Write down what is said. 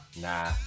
nah